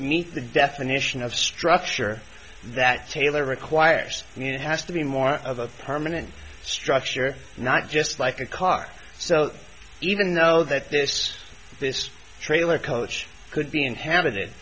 meet the definition of structure that taylor requires and it has to be more of a permanent structure not just like a car so even though that this this trailer coach could be inhabited